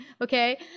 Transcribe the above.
okay